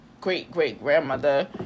great-great-grandmother